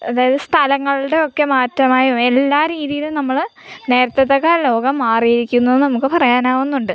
അതായത് സ്ഥലങ്ങളുടെ ഒക്കെ മാറ്റമായും എല്ലാ രീതിയിലും നമ്മൾ നേരത്തത്തെക്കാളും ലോകം മാറിയിരിക്കുന്നു എന്ന് നമുക്ക് പറയാനാവുന്നുണ്ട്